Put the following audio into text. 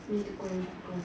need to go and google